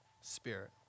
Spirit